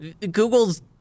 Google's